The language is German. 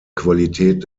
qualität